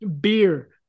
Beer